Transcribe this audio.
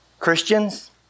Christians